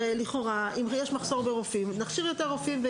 הרי לכאורה אם יש מחסור ברופאים נכשיר יותר רופאים,